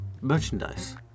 merchandise